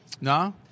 No